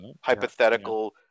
hypothetical